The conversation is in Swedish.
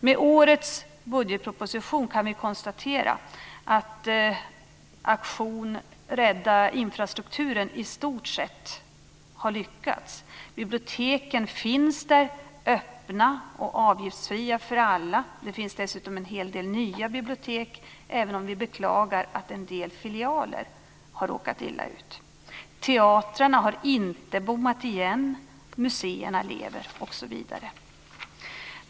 Med året budgetproposition kan vi konstatera att aktion rädda infrastrukturen i stor sett har lyckats. Biblioteken finns där, och de är öppna och avgiftsfria för alla. Det finns dessutom en hel del nya bibliotek, även om vi beklagar att en del filialer har råkat illa ut. Teatrarna har inte bommat igen. Museerna lever osv.